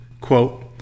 quote